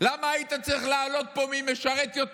למה היית צריך להעלות פה מי משרת יותר?